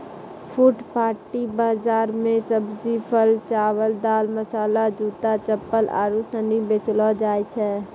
फुटपाटी बाजार मे सब्जी, फल, चावल, दाल, मसाला, जूता, चप्पल आरु सनी बेचलो जाय छै